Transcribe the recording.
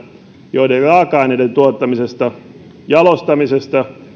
joiden raaka aineiden tuottamisesta jalostamisesta